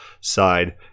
side